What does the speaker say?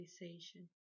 realization